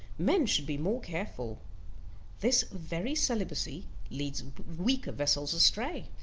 men should be more careful this very celibacy leads weaker vessels astray.